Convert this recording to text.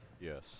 Yes